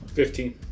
fifteen